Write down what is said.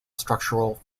structural